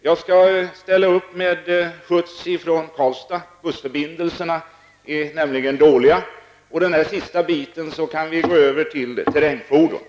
Jag skall ställa upp med skjuts från Karlstad bussförbindelserna är nämligen dåliga. På den sista sträckan kan vi gå över till terrängfordon.